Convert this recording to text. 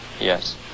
Yes